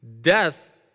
death